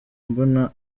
mbona